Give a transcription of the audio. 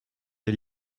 des